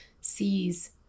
sees